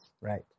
Right